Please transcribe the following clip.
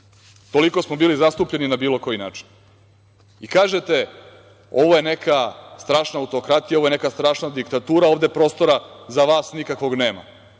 Toliko smo bili zastupljeni na bilo koji način. Kažete, ovo je neka strašna autokratija, strašna diktatura, ovde prostora za vas nema.